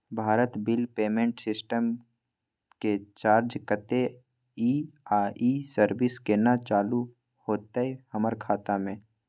Bharat bill payment system के charge कत्ते इ आ इ सर्विस केना चालू होतै हमर खाता म?